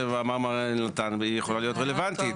שוב, ההצעה שאמר מר אלנתן יכולה להיות רלוונטית.